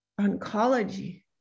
oncology